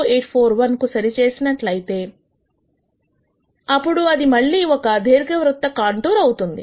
0841 కు సరి చేసినట్లయితే అప్పుడు అది మళ్ళీ ఒక దీర్ఘ వృత్త కాంటూర్ అవుతుంది